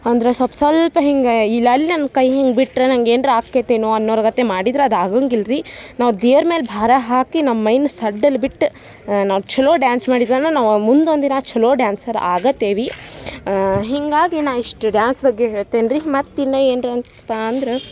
ಅಂದ್ರೆ ಸಲ್ಪ್ ಸ್ವಲ್ಪ ಹಿಂಗೆ ಇಲ್ಲೆಲ್ಲ ನನ್ನ ಕೈ ಹಿಂಗೆ ಬಿಟ್ರೆ ನಂಗೆ ಏನರ ಆಕ್ತೈತೆನೋ ಅನ್ನೋರ್ಗತೆ ಮಾಡಿದ್ರೆ ಅದು ಆಗಂಗಿಲ್ಲ ರಿ ನಾವು ದೇವ್ರ ಮೇಲೆ ಭಾರ ಹಾಕಿ ನಮ್ಮ ಮೈನ ಸಡಲ ಬಿಟ್ಟು ನಾವು ಛಲೊ ಡ್ಯಾನ್ಸ್ ಮಾಡಿದ್ವಂದ್ರೆ ನಾವು ಮುಂದೊಂದು ದಿನ ಛಲೊ ಡ್ಯಾನ್ಸರ್ ಆಗತೇವೆ ಹೀಗಾಗಿ ನಾ ಇಷ್ಟು ಡ್ಯಾನ್ಸ್ ಬಗ್ಗೆ ಹೇಳ್ತೇನೆ ರಿ ಮತ್ತು ಇನ್ನೂ ಏನರ ಅಂತಪ್ಪಾ ಅಂದ್ರೆ